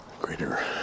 greater